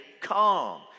calm